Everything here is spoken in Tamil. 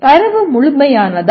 தரவு முழுமையானதா